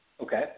Okay